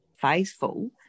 faithful